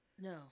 No